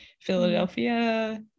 Philadelphia